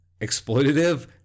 exploitative